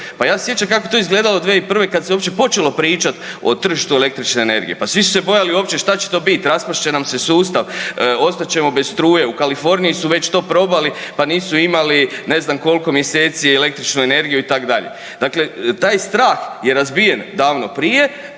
pa ja se sjećam kako je to izgledamo 2001. kad se uopće počelo pričat o tržištu električne energije. Pa svi su se bojali uopće što će to bit, raspast će nam se sustav, ostat ćemo bez struje, u Kaliforniji su to već probali, pa nisu imali ne znam koliko mjeseci električnu energiju, itd. Dakle, taj strah je razbijen davno prije,